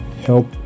help